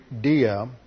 dia